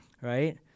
right